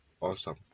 Awesome